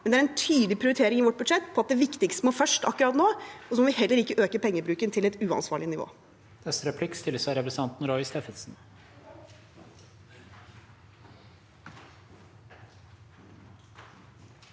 Men det er en tydelig prioritering i vårt budsjett: Det viktigste må prioriteres først akkurat nå, og så må vi heller ikke øke pengebruken til et uansvarlig nivå.